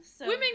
women